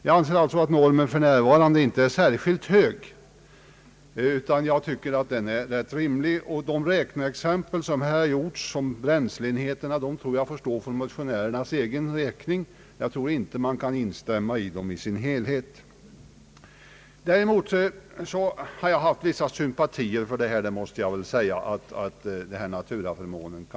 Jag anser alltså att normerna inte är särskilt höga utan rätt rimliga. De räkneexempel med bränsleenheter som här har gjorts tror jag får stå för motionärernas egen räkning. Man kan inte godta dem helt och hållet. Jag måste dock säga att jag har haft vissa sympatier för att man inte skall beskatta sådana här naturaförmåner.